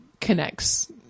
connects